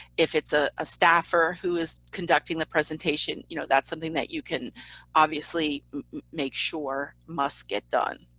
if it's a ah staffer who is conducting the presentation, you know that's something that you can obviously make sure must get done.